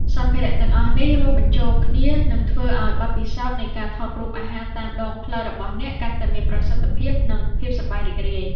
សម្ភារៈទាំងអស់នេះរួមបញ្ចូលគ្នា នឹងធ្វើឱ្យបទពិសោធន៍នៃការថតរូបអាហារតាមដងផ្លូវរបស់អ្នកកាន់តែមានប្រសិទ្ធភាព និងភាពសប្បាយរីករាយ។